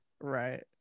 right